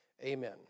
amen